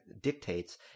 dictates